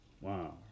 Wow